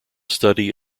study